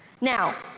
Now